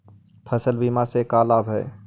फसल बीमा से का लाभ है?